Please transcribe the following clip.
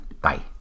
Bye